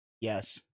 Yes